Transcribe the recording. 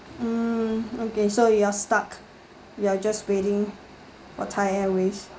mm okay so you're stuck you're just waiting for thai airways